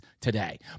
today